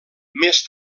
més